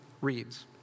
reads